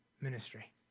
ministry